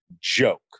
joke